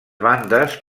bandes